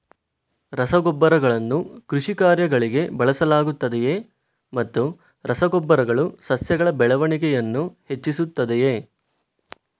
ರಸಗೊಬ್ಬರಗಳನ್ನು ಕೃಷಿ ಕಾರ್ಯಗಳಿಗೆ ಬಳಸಲಾಗುತ್ತದೆಯೇ ಮತ್ತು ರಸ ಗೊಬ್ಬರಗಳು ಸಸ್ಯಗಳ ಬೆಳವಣಿಗೆಯನ್ನು ಹೆಚ್ಚಿಸುತ್ತದೆಯೇ?